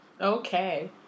Okay